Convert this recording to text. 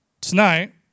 tonight